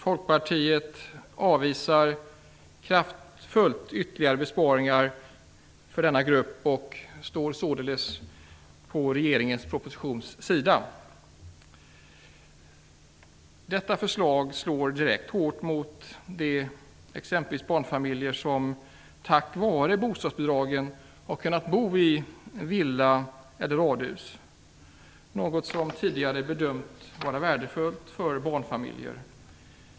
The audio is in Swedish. Folkpartiet avvisar kraftfullt ytterligare besparingar på denna grupp och står således på regeringens sida på den punkten. Detta förslag slår direkt hårt mot exempelvis de barnfamiljer som tack vare bostadsbidraget har kunnat bo i villa eller radhus - något som tidigare bedömts vara värdefullt för barnfamiljer.